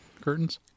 curtains